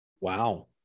Wow